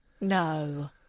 No